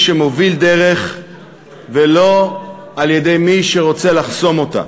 שמוביל דרך ולא על-ידי מי שרוצה לחסום אותה.